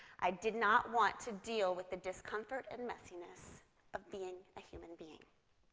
i did not want to deal with the discomfort and messiness of being a human being.